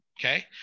Okay